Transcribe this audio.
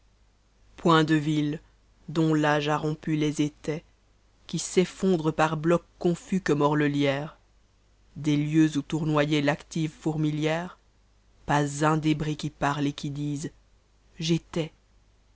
point de villes dont l'âge a rompu tes étais qui s'enondrent par blocs confus que mord le merre des lieux oit tournoyait l'active fourmilière pas un débris qui parle et qui dise j'étais